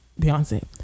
Beyonce